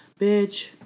Bitch